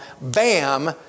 bam